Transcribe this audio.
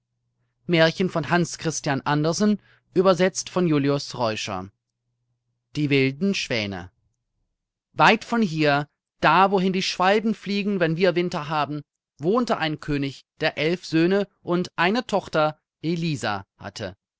die wilden schwäne weit von hier da wohin die schwalben fliegen wenn wir winter haben wohnte ein könig der elf söhne und eine tochter elisa hatte